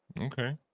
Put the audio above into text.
Okay